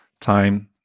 time